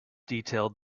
detailed